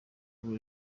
ubu